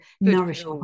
nourish